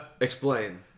Explain